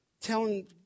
telling